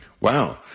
Wow